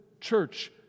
church